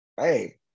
hey